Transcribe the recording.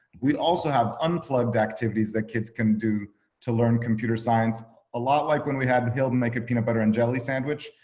we also have unplugged activities that kids can do to learn computer science, a lot like when we had hill make a peanut butter and jelly sandwich.